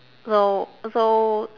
so so